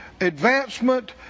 advancement